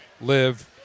live